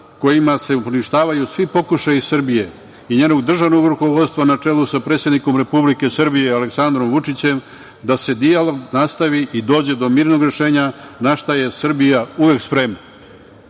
kojima se poništavaju svi pokušaji Srbije i njenog državnog rukovodstva, na čelu sa predsednikom Republike Srbije, Aleksandrom Vučićem, da se dijalog nastavi i dođe do mirnog rešenja, na šta je Srbija uvek spremna. Da